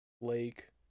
lake